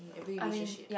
every relationship